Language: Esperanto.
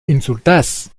insultas